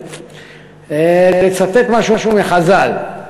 לצטט משהו מחז"ל.